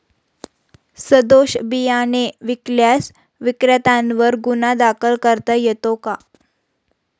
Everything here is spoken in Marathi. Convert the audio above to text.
सदोष बियाणे विकल्यास विक्रेत्यांवर गुन्हा दाखल करता येतो का?